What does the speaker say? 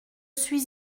suis